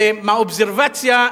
ומהאובזרבציה,